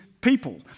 people